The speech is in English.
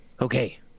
Okay